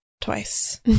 twice